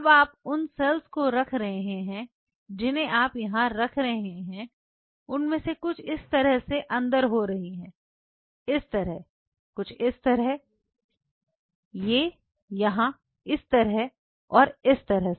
अब आप उन सेल्स को रख रहे हैं जिन्हें आप यहां रख रहे हैं उनमें से कुछ इस तरह से अंदर हो रही हैं इस तरह इस तरह इस तरह इस तरह इस तरह इस तरह से